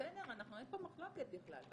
בסדר, אין פה מחלוקת בכלל.